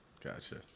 Gotcha